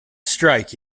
strike